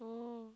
oh